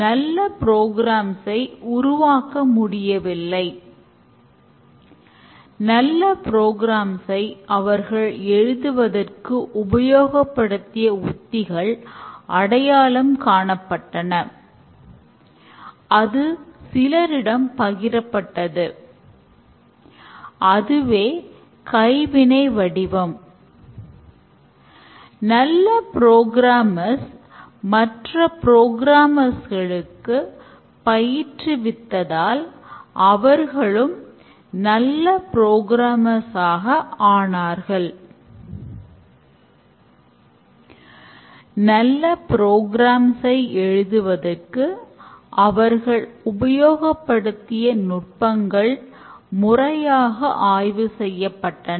நல்ல ப்ரோகிராம்ஸ் ஐ எழுதுவதற்கு அவர்கள் உபயோகப்படுத்திய நுட்பங்கள் முறையாக ஆய்வு செய்யப்பட்டன